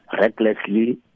recklessly